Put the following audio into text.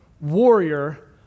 warrior